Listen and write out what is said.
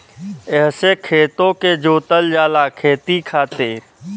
एहसे खेतो के जोतल जाला खेती खातिर